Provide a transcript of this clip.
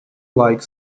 like